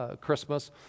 Christmas